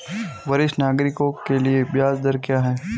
वरिष्ठ नागरिकों के लिए ब्याज दर क्या हैं?